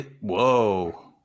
Whoa